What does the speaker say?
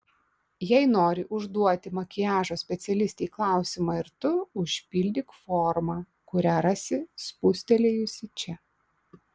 jei nori užduoti makiažo specialistei klausimą ir tu užpildyk formą kurią rasi spustelėjusi čia